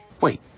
Wait